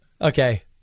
Okay